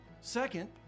Second